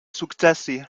sukcesi